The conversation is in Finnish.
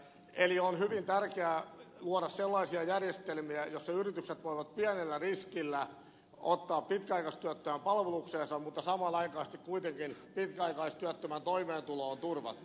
eli on hyvin tärkeää luoda sellaisia järjestelmiä joissa yritykset voivat pienellä riskillä ottaa pitkäaikaistyöttömän palvelukseensa mutta samanaikaisesti kuitenkin pitkäaikaistyöttömän toimeentulo on turvattu